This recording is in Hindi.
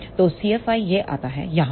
तो cFi यह आता है यहां पर